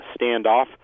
Standoff